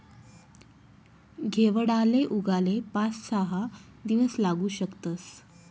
घेवडाले उगाले पाच सहा दिवस लागू शकतस